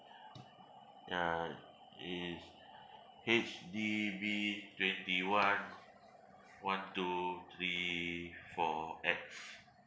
ya it's H_D_B twenty one one two three four X